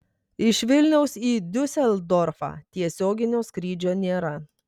iš vilniaus į diuseldorfą tiesioginio skrydžio nėra